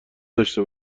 داشه